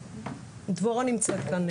דבורה נמצאת כאן.